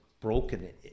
broken